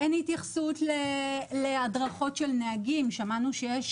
אין התייחסות להדרכות של נהגים שמענו שיש